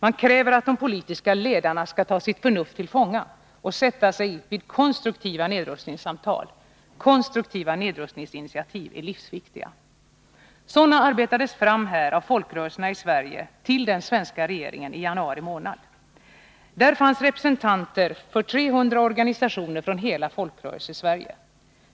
Man kräver att de politiska ledarna skall ta sitt förnuft till fånga och sätta sig vid konstruktiva nedrustningssamtal. Konstruktiva nedrustningsinitiativ är livsviktiga. Sådana arbetades fram av folkrörelserna i Sverige till den svenska regeringen i januari månad. Här i Stockholm genomfördes en alternativriksdag. Där fanns representanter för 300 organisationer från hela Folkrörelsesverige.